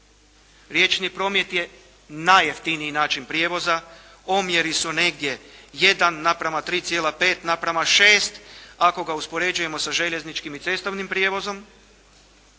Riječni promet je najjeftiniji način prijevoza, omjeri su negdje 1 naprema 3,5 naprema 6, ako ga uspoređujemo sa željezničkim i cestovnim prijevozom,